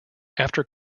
after